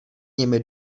nimi